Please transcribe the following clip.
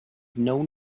known